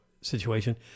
situation